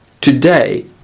Today